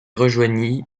rejoignit